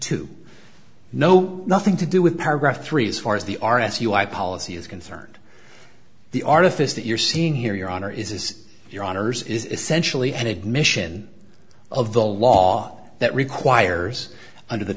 two no nothing to do with paragraph three as far as the r s u i policy is concerned the artifice that you're seeing here your honor is is your honour's is essentially an admission of the law that requires under the